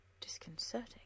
Disconcerting